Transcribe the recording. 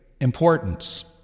importance